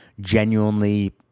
genuinely